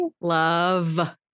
Love